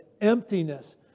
emptiness